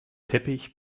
teppich